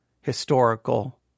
historical